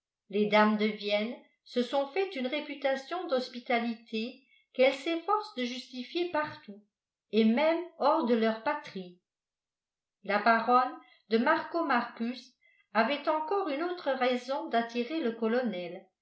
les dames de vienne se sont fait une réputation d'hospitalité qu'elles s'efforcent de justifier partout et même hors de leur patrie la baronne de marcomarcus avait encore une autre raison d'attirer le colonel